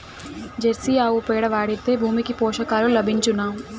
Jersey ఆవు పేడ వాడితే భూమికి పోషకాలు లభించునా?